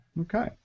Okay